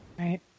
Right